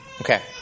Okay